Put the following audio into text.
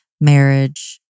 marriage